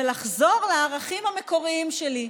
ולחזור לערכים המקוריים שלי.